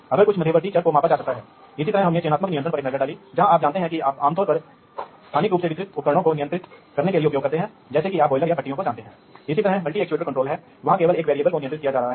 फिर आपको उन्हें ठीक से कॉन्फ़िगर करने की आवश्यकता है और एक नेटवर्क पर सैकड़ों हजारों उपकरणों को कॉन्फ़िगर करना एक सरल काम नहीं है सबसे पहले दूसरे मेरा मतलब है कि डिवाइस हमेशा जुड़ जाते हैं